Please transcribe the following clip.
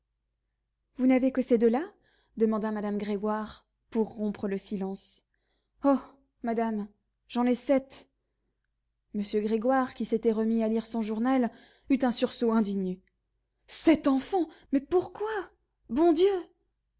vous n'avez que ces deux là demanda madame grégoire pour rompre le silence oh madame j'en ai sept m grégoire qui s'était remis à lire son journal eut un sursaut indigné sept enfants mais pourquoi bon dieu